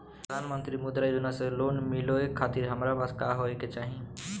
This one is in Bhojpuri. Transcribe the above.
प्रधानमंत्री मुद्रा योजना से लोन मिलोए खातिर हमरा पास का होए के चाही?